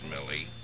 Millie